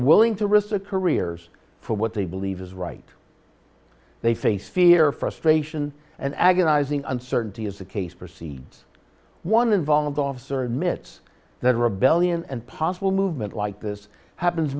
willing to risk their careers for what they believe is right they face fear frustration and agonizing uncertainty as a case proceeds one involved officer admits that a rebellion and possible movement like this happens